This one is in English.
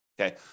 Okay